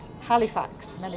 Halifax